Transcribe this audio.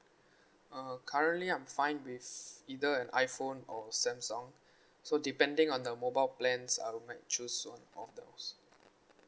uh currently I'm fine with either an iphone or samsung so depending on the mobile plans I might choose one of those